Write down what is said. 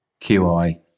QI